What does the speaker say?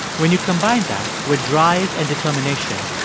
when you combine that with drive and determination,